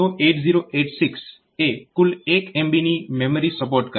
તો 8086 એ કુલ 1 MB ની મેમરી સપોર્ટ કરે છે